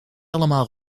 allemaal